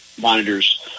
monitors